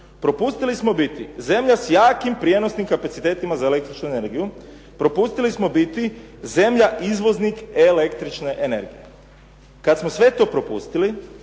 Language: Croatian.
Propustili smo biti zemlja s jakim prenosnim kapacitetima za električnu energiju, propustili smo biti zemlja izvoznik električne energije. Kada smo sve to propustili,